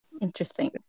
Interesting